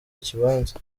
ikibanza